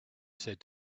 said